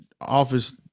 office